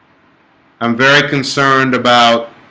i'm very concerned about